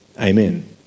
Amen